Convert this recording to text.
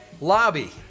lobby